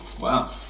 Wow